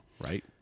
right